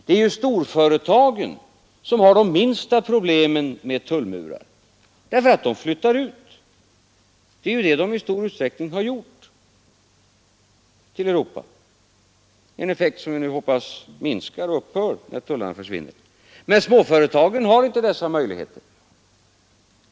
Det är storföretagen som har de minsta problemen med tullmurar, därför att de flyttar ut till kontinenten. Det har de i stor utsträckning gjort en effekt som vi hoppas nu kommer att minska och upphöra när tullarna försvinner. Småföretagen har däremot inte dessa möjligheter.